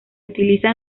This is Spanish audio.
utiliza